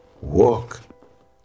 Walk